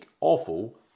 awful